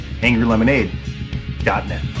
angrylemonade.net